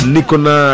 Nikona